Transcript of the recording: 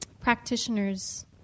practitioners